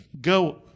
go